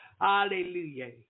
Hallelujah